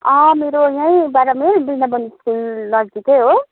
मेरो यहीँ बाह्र माइल वृन्दावन स्कुल नजिकै हो